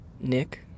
Nick